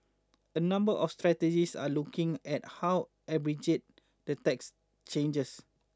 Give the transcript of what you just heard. a number of strategists are looking at how arbitrage the tax changes